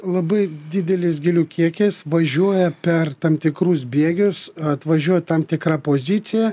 labai didelis gėlių kiekis važiuoja per tam tikrus bėgius atvažiuoja į tam tikra poziciją